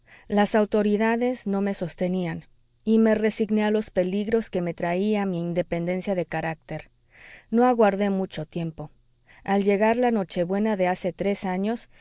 las autoridades no me sostenían y me resigné a los peligros que me traía mi independencia de carácter no aguardé mucho tiempo al llegar la nochebuena de hace tres años